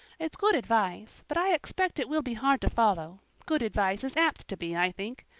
it's good advice, but i expect it will be hard to follow good advice is apt to be, i think.